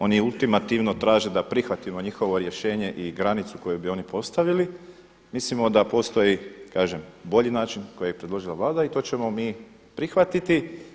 Oni ultimativno traže da prihvatimo njihovo rješenje i granicu koju bi oni postavili, mislimo da postoji bolji način koji je predložila Vlada i to ćemo mi prihvatiti.